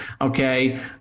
Okay